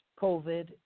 COVID